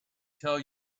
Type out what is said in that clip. tell